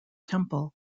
temple